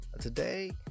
Today